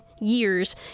years